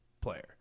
player